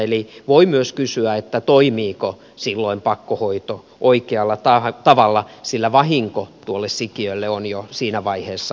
eli voi myös kysyä toimiiko silloin pakkohoito oikealla tavalla sillä vahinko tuolle sikiölle on jo siinä vaiheessa yleensä tapahtunut